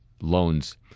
loans